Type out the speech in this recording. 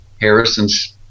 harrison's